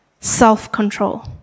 self-control